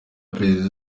perezida